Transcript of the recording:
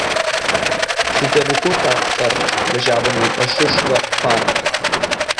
su tėvuku tąkart važiavome į pašušvio parką